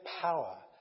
power